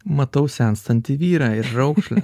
matau senstantį vyrą ir raukšlę